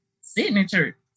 signature